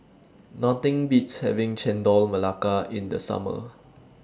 Nothing Beats having Chendol Melaka in The Summer